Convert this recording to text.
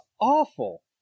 awful